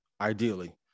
ideally